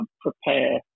prepare